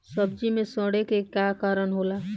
सब्जी में सड़े के का कारण होला?